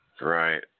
Right